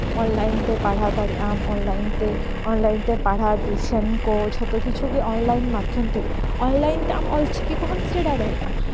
online ᱛᱮ ᱯᱟᱲᱦᱟᱣ ᱫᱟᱲᱮᱭᱟᱜ ᱟᱢ ᱚᱱᱞᱟᱭᱤᱱ ᱛᱮ ᱯᱟᱲᱦᱟᱣ ᱴᱤᱭᱩᱥᱮᱱ ᱠᱚ ᱡᱷᱚᱛᱚ ᱠᱤᱪᱷᱩ ᱜᱮ ᱚᱱᱞᱟᱭᱤᱱ ᱢᱟᱫᱽᱫᱷᱚᱢ ᱛᱮᱜᱮ ᱚᱱᱞᱟᱭᱤᱱ ᱛᱮ ᱟᱢ ᱚᱞᱪᱤᱠᱤ ᱠᱚᱦᱚᱸᱢ ᱥᱮᱲᱟ ᱫᱟᱲᱮᱭᱟᱜᱼᱟ